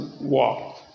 walk